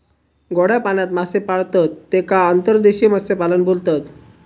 गोड्या पाण्यात मासे पाळतत तेका अंतर्देशीय मत्स्यपालन बोलतत